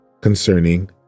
concerning